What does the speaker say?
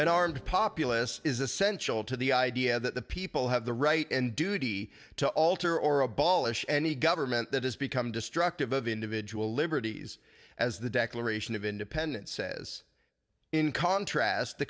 armed populace is essential to the idea that the people have the right and duty to alter or abolish any government that has become destructive of individual liberties as the declaration of independence says in contrast the